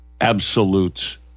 absolute